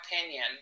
opinion